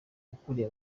ukuriye